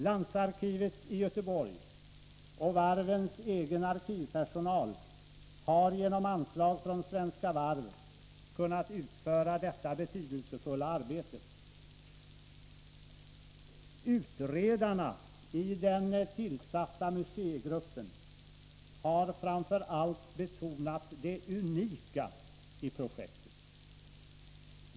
Landsarkivet i Göteborg och varvens egen arkivpersonal har genom anslag från Svenska Varv kunnat utföra detta betydelsefulla arbete. Utredarna i den tillsatta museigruppen har framför allt betonat det unika i projektet.